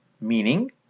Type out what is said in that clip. meaning